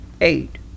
eight